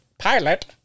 Pilot